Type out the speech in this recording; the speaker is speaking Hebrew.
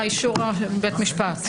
אישור בית משפט.